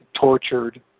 tortured